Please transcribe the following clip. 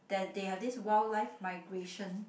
that they have this wildlife migration